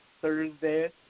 Thursday